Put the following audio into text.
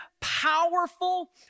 powerful